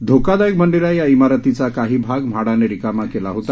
धोकादायक बनलेल्या या ईमारतीचा काही भाग म्हाडाने रिकामा केला होता